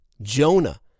Jonah